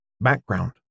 background